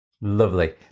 Lovely